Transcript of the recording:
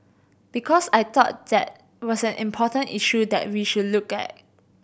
because I thought that was an important issue that we should look at